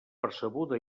percebuda